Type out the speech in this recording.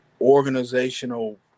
organizational